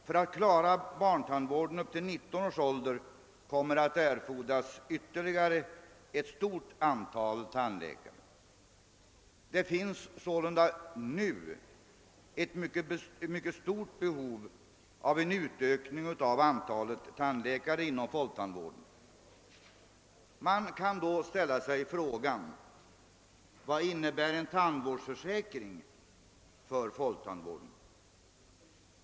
För att klara barntandvården upp till 19 års ålder kommer att erfordras ytterligare ett stort antal tandläkare. Det finns sålunda nu ett mycket stort behov av en utökning av antalet tandläkare inom folktandvården. Man kan då ställa frågan: Vad innebär en tandvårdsförsäkring för folktandvården?